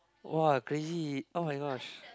!wah! crazy oh-my-gosh